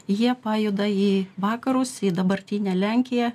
jie pajuda į vakarus į dabartinę lenkiją